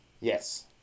Yes